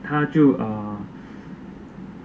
他就